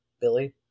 Billy